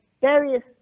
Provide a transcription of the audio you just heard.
various